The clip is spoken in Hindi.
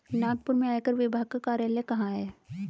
नागपुर में आयकर विभाग का कार्यालय कहाँ है?